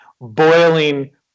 boiling